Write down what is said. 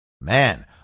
Man